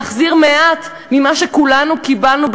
להחזיר מעט ממה שכולנו קיבלנו,